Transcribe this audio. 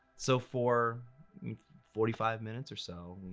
so for forty five minutes or so,